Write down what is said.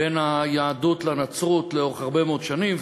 בין היהדות לנצרות לאורך הרבה מאוד שנים,